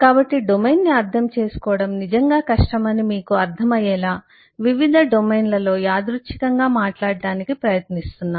కాబట్టి డొమైన్ను అర్థం చేసుకోవడం నిజంగా కష్టమని మీకు అర్థమయ్యేలా వివిధ డొమైన్లలో యాదృచ్చికంగా మాట్లాడటానికి ప్రయత్నిస్తున్నాను